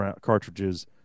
cartridges